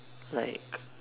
like